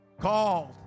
Called